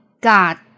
God